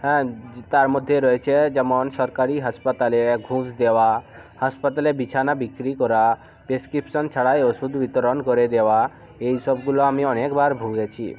হ্যাঁ তার মধ্যে রয়েছে যেমন সরকারি হাসপাতালে ঘুষ দেওয়া হাসপাতালে বিছানা বিক্রি করা প্রেসক্রিপশন ছাড়াই ওষুধ বিতরণ করে দেওয়া এইসবগুলো আমি অনেকবার ভুগেছি